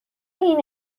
این